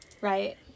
right